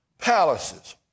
palaces